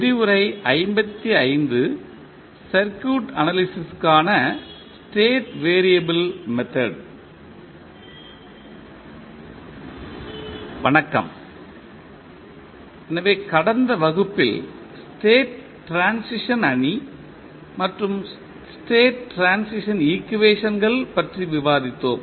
வணக்கம் எனவே கடந்த வகுப்பில் ஸ்டேட் ட்ரான்சிஸன் அணி மற்றும் ஸ்டேட் ட்ரான்சிஸன் ஈக்குவேஷன்கள் பற்றி விவாதித்தோம்